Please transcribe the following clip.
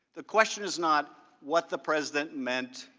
the question is not what the president meant,